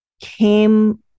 came